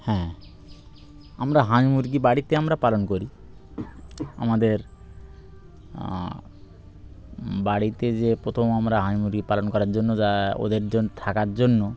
হ্যাঁ আমরা মুরগি বাড়িতে আমরা পালন করি আমাদের বাড়িতে যে প্রথম আমরা মুরগি পালন করার জন্য যা ওদের জন্য থাকার জন্য